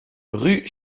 rue